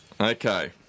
Okay